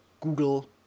google